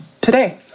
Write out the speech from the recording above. today